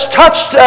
touched